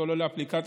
כולל אפליקציות,